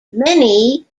many